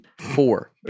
four